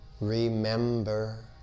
remember